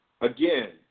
again